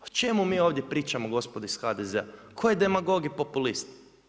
O čemu mi ovdje pričamo gospodo iz HDZ-a, tko je demagog i populist?